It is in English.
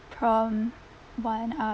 from one uh